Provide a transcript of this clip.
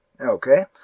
Okay